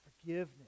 forgiveness